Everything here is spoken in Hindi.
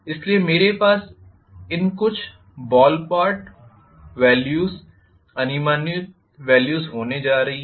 इसलिए मेरे पास इन कुछ बॉलपार्क वॅल्यूस अनुमानित वॅल्यूस होने जा रही है